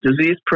disease